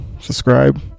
subscribe